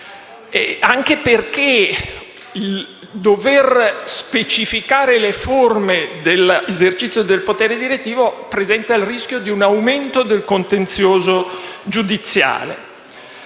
contare che il dover specificare le forme dell'esercizio del potere direttivo presenta il rischio di un aumento del contenzioso giudiziale.